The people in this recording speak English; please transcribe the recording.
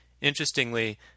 Interestingly